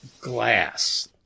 glass